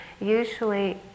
usually